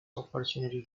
opportunities